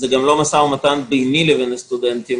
זה גם לא משא ומתן ביני לבין הסטודנטים